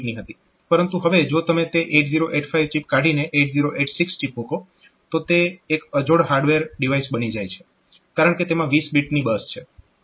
પરંતુ હવે જો તમે તે 8085 ચિપ કાઢીને 8086 ચિપ મુકો તો તે એક અજોડ હાર્ડવેર ડિવાઇસ બની જાય છે કારણકે તેમાં 20 બીટની બસ છે